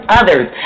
others